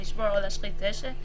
לשבור או להשחית דשא,